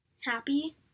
Happy